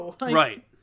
Right